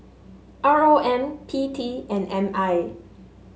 R O M P T and M I